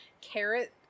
carrot